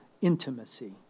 intimacy